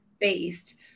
based